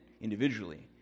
individually